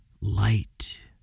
light